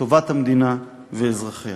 לטובת המדינה ואזרחיה.